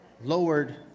lowered